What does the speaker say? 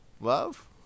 Love